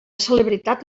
celebritat